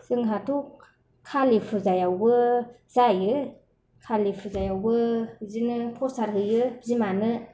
जोंहाथ' कालि फुजायाबो जायो कालि फुजायावबो बिदिनो फ्रसाद होयो बिमानो